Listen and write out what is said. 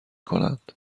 کنند